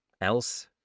else